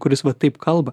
kuris va taip kalba